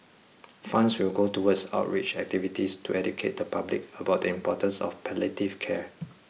funds will go towards outreach activities to educate the public about the importance of palliative care